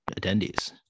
attendees